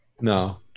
No